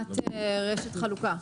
בהקמת רשת חלוקה.